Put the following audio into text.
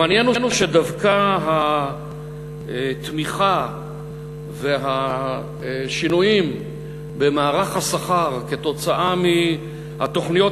המעניין הוא שדווקא התמיכה והשינויים במערך השכר כתוצאה מהתוכניות